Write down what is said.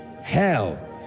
hell